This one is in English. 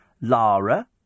Lara